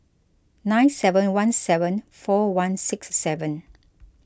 nine seven one seven four one six seven